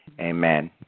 Amen